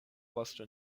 vosto